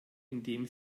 indem